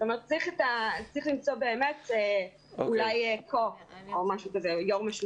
זאת אומרת, צריך למצוא באמת אולי יושב ראש משותף.